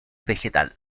vegetal